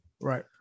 Right